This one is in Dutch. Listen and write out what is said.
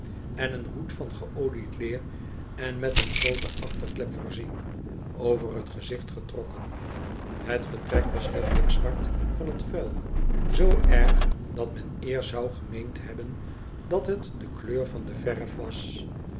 en een hoed van geolied leer en met een groote achterklep voorzien over het gezicht getrokken het vertrek was letterlijk zwart van het vuil zoo erg dat men eer zou gemeend hebben dat het de kleur van de verf was